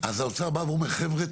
אז האוצר בא ואומר: חבר'ה,